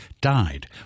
died